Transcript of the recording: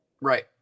Right